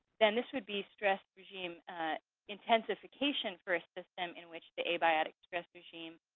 then this would be stress regime intensification for a system in which the abiotic stress regime